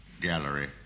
Gallery